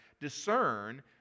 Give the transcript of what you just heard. discern